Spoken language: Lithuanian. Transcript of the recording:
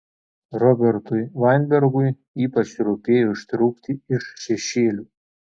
robertui vainbergui ypač rūpėjo ištrūkti iš šešėlių